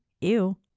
ew